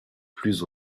plus